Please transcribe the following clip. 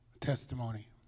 testimony